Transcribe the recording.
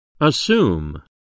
Assume